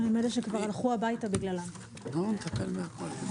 הישיבה ננעלה בשעה 11:15.